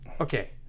Okay